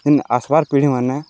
ଯେନ୍ ଆସବାର୍ ପିଢ଼ିମାନେ